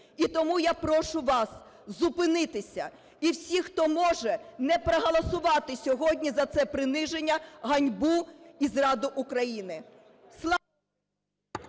І тому я прошу вас зупинитися і всіх, хто може, не проголосувати сьогодні за це приниження, ганьбу і зраду України.